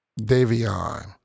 Davion